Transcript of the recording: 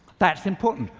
that's important.